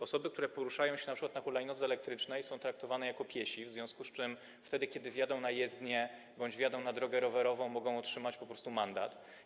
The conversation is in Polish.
Osoby, które poruszają się np. na hulajnodze elektrycznej, są traktowane jako piesi, w związku z czym wtedy, kiedy wjadą na jezdnię bądź na drogę rowerową, mogą po prostu otrzymać mandat.